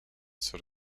sort